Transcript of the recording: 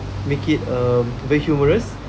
make it um very humorous